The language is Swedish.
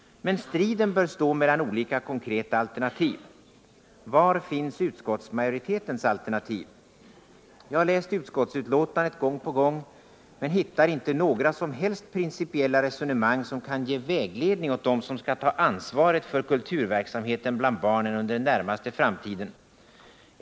Men striden bör stå mellan olika konkreta alternativ. Var finns utskottsmajoritetens alternativ? Jag har läst utskottsbetänkandet gång på gång men inte hittat några som helst principiella resonemang som kan ge vägledning åt dem som skall ta ansvaret för kulturverksamheten bland barnen under den närmaste framtiden.